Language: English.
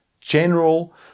general